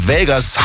Vegas